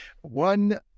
One